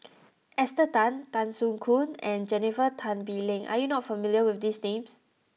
Esther Tan Tan Soo Khoon and Jennifer Tan Bee Leng are you not familiar with these names